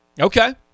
Okay